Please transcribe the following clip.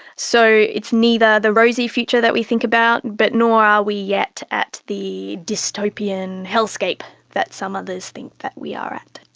so it's neither the rosy future that we think about, but nor are we yet at the dystopian hell-scape that some others think that we are at.